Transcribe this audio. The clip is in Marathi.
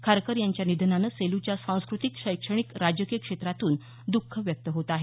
खारकर यांच्या निधनानं सेलूच्या सांस्कृतिक शैक्षणिक राजकीय क्षेत्रातून दख व्यक्त होत आहे